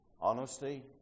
Honesty